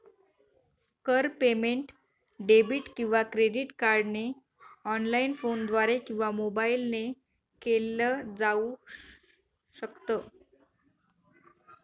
कर payment debit किंवा credit कार्डने ऑनलाइन, फोनद्वारे किंवा मोबाईल ने केल जाऊ शकत